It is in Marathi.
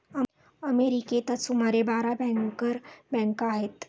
अमेरिकेतच सुमारे बारा बँकर बँका आहेत